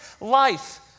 life